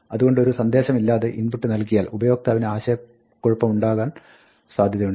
അതുകൊണ്ട് ഒരു സന്ദേശമില്ലാതെ input നൽകിയാൽ ഉപയോക്താവിന് ആശയക്കുഴപ്പമുണ്ടാകുവാൻ സാധ്യതയുണ്ട്